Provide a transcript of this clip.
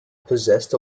possessed